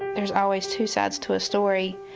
there's always two sides to a story,